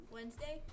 Wednesday